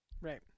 Right